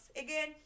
Again